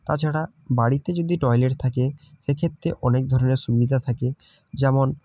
তাছাড়া বাড়িতে যদি টয়লেট থাকে সেক্ষেত্রে অনেক ধরনের সুবিধা থাকে যেমন